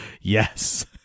yes